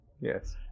Yes